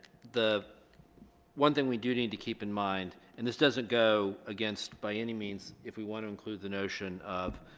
the one thing we do need to keep in mind and this doesn't go against by any means if we want to include the notion of